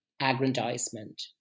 aggrandizement